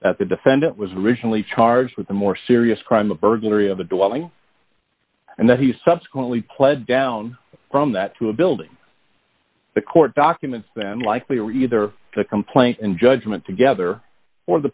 that the defendant was originally charged with a more serious crime a burglary of a dwelling and that he subsequently pled down from that to a building the court documents then likely are either the complaint and judgment together or the